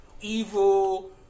evil